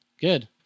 Good